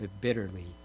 bitterly